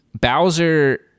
Bowser